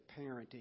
parenting